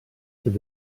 said